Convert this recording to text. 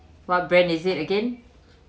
what brand is it again